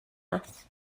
است